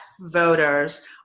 voters